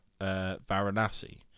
Varanasi